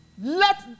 Let